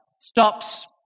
stops